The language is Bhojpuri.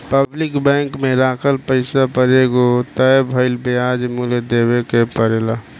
पब्लिक बैंक में राखल पैसा पर एगो तय भइल ब्याज मूल्य देवे के परेला